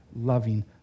loving